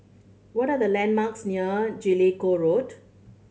what are the landmarks near Jellicoe Road